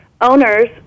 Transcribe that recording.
Owners